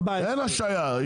אין השהיה.